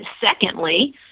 secondly